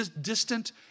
distant